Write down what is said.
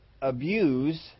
abuse